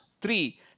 Three